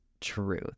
truth